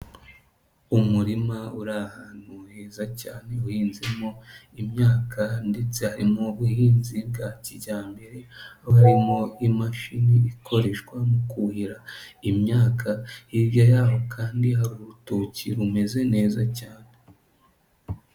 Umurima uri ahantu heza cyane uhinzemo imyaka ndetse n'ubuhinzi bwa kijyambere harimo imashini ikoreshwa mu kuhira imyaka hirya yaho kandi hari urutoki rumeze neza cyane.